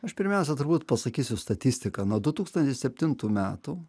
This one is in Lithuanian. aš pirmiausia turbūt pasakysiu statistiką nuo du tūkstantis septintų metų